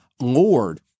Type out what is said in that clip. Lord